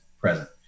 present